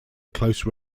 close